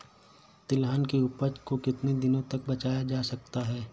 तिलहन की उपज को कितनी दिनों तक बचाया जा सकता है?